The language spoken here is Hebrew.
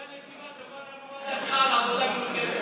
מתן, רק תאמר לנו בבקשה מה דעתך על עבודה מאורגנת.